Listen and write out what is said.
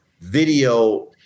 video